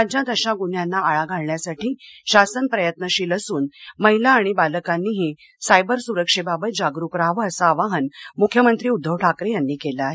राज्यात अशा गुन्ह्यांना आळा घालण्यासाठी शासन प्रयत्नशील असून महिला आणि बालकांनीही सायबर सुरक्षेबाबत जागरुक राहावं असं आवाहन मुख्यमंत्री उद्धव ठाकरे यांनी केलं आहे